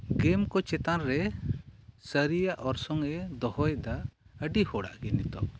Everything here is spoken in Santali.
ᱜᱮᱢ ᱠᱚ ᱪᱮᱛᱟᱱᱨᱮ ᱥᱟᱨᱤᱭᱟᱜ ᱚᱨᱥᱚᱝᱼᱮ ᱫᱚᱦᱚᱭᱫᱟ ᱟᱹᱰᱤ ᱦᱚᱲᱟᱜ ᱜᱮ ᱱᱤᱛᱳᱜ